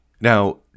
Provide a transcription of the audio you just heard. Now